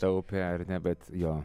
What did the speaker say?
taupė ar ne bet jo